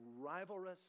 rivalrous